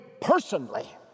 personally